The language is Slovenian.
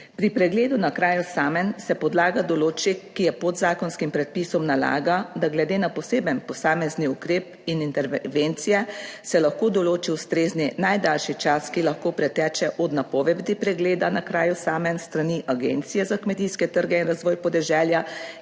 pri pregledu na kraju samem se podlaga določb, ki je podzakonskim predpisom nalaga, da glede na poseben posamezni ukrep in intervencije se lahko določi ustrezni najdaljši čas, ki lahko preteče od napovedi pregleda na kraju samem s strani Agencije za kmetijske trge in razvoj podeželja